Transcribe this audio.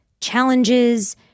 challenges